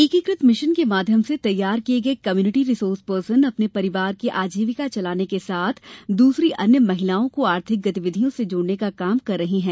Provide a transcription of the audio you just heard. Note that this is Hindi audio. एकीकृत मिशन के माध्यम से तैयार किये गये कम्यूनिटी रिसोर्स पर्सन अपने परिवार की आजीविका चलाने के साथ दूसरी अन्य महिलाओं को आर्थिक गतिविधियों से जोड़ने का काम कर रही हैं